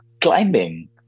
climbing